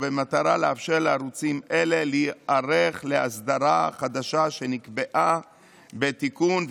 ובמטרה לאפשר לערוצים אלה להיערך להסדרה חדשה שנקבעה בתיקון,